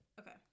Okay